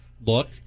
look